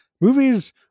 Movies